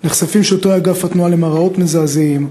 נחשפים שוטרי אגף התנועה למראות מזעזעים,